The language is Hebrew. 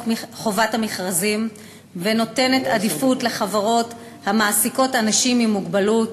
חובת המכרזים ונותנת עדיפות לחברות המעסיקות אנשים עם מוגבלות.